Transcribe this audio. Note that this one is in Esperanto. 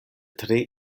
tre